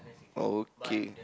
okay